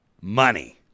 Money